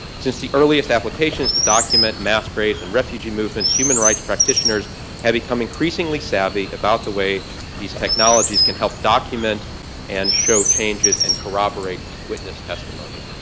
since the earliest applications to document mass and refugee movements, human rights practitioners have become increasingly savvy about the way these technologies can help document and show changes and corroborate witness testimony.